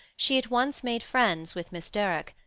she at once made friends with miss derrick,